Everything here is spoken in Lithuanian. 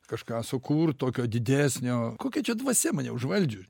kažką sukurt tokio didesnio kokia čia dvasia mane užvaldžiu